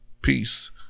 peace